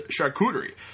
charcuterie